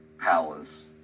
Palace